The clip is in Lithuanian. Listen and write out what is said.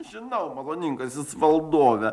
žinau maloningasis valdove